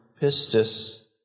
pistis